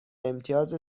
امتیاز